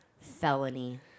felony